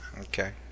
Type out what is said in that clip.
Okay